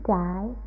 die